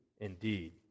indeed